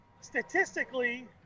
statistically